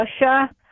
Russia